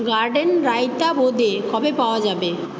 garden raita বোঁদে কবে পাওয়া যাবে